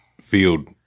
field